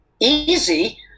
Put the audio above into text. easy